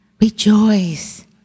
rejoice